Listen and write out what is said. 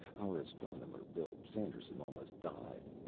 our astronomer, bill sanderson, almost died.